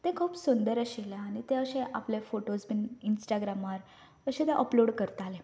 तें खूब सुंदर आशिल्लें आनी तें अशें आपले फोटोज बी इंस्टाग्रामार तशें तें अपलोड करतालें